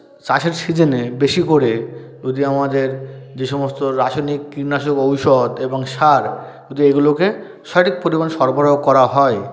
চাষের সিজনে বেশি করে যদি আমাদের যে সমস্ত রাসায়নিক কীটনাশক ঔষধ এবং সার যদি এগুলোকে সঠিক পরিমাণে সরবরাহ করা হয়